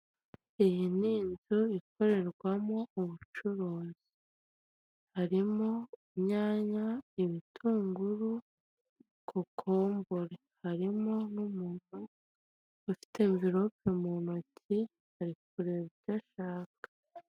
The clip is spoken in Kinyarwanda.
Iyi ni inzu ikorerwamo ubucuruzi harimo inyanya, ibitunguru, kokombure, harimo n'umuntu ufite amvirope mu ntoki ari kureba ibyo ashaka.